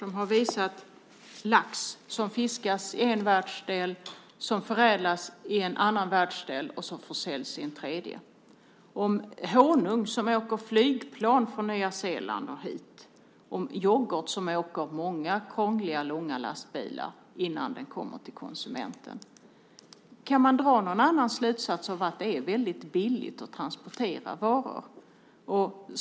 De har handlat om lax som fiskas i en världsdel, förädlas i en annan världsdel och försäljs i en tredje, om honung som åker flygplan från Nya Zeeland och hit och om yoghurt som åker många långa och krångliga vägar med lastbil innan den kommer till konsumenten. Kan man dra någon annan slutsats än att det är väldigt billigt att transportera varor?